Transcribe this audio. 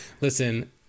Listen